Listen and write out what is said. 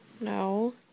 no